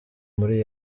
muri